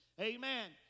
Amen